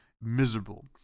miserable